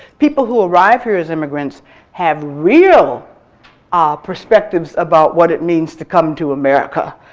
people who arrive here as immigrants have real ah perspectives about what it means to come to america.